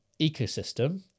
ecosystem